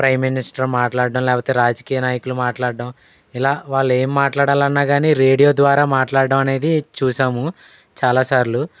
prime minister మాట్లాడటం లేకపోతే రాజకీయ నాయకులు మాట్లాడడం ఇలా వాళ్ళు ఏం మాట్లాడాలన్నా కానీ రేడియో ద్వారా మాట్లాడడం అనేది చూసాము చాలాసార్లు